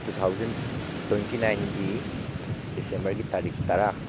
two thousand twenty ꯅꯥꯏꯟꯒꯤ ꯗꯤꯁꯦꯝꯕꯔꯒꯤ ꯇꯥꯔꯤꯛ ꯇꯔꯥ